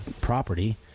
property